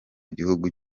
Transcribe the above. gihugu